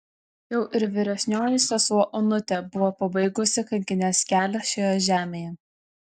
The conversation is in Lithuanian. jau ir vyresnioji sesuo onutė buvo pabaigusi kankinės kelią šioje žemėje